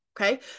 Okay